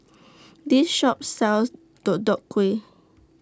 This Shop sells Deodeok Gui